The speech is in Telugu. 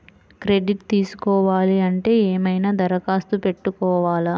క్రెడిట్ తీసుకోవాలి అంటే ఏమైనా దరఖాస్తు పెట్టుకోవాలా?